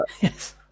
yes